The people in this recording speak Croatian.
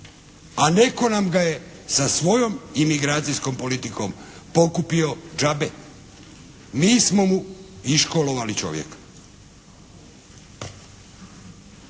A netko nam ga je sa svojom imigracijskom politikom pokupio džabe. Mi smo mu iškolovali čovjeka.